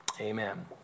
amen